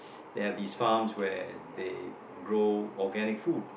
they have this farm where they grow organic food